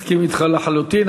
מסכים אתך לחלוטין.